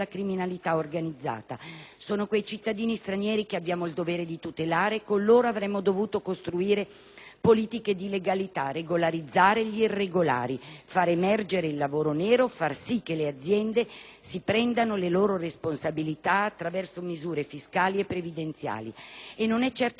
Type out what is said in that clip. Sono quei cittadini stranieri che abbiamo il dovere di tutelare e con loro avremmo dovuto costruire politiche di legalità: regolarizzare gli irregolari, far emergere il lavoro nero, far sì che le aziende si prendano le loro responsabilità, attraverso misure fiscali e previdenziali. E non è certo attraverso l'aumento del numero di anni di